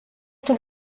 das